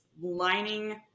lining